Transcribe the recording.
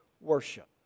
worship